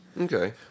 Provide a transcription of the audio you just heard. Okay